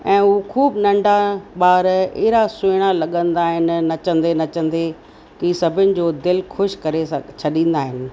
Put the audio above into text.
ऐं हू ख़ूब नंढा बार अहिड़ा सुहिणा लॻंदा आहिनि नचंदे नचंदे कि सभिनि जो दिल ख़ुशि करे छॾींदा आहिनि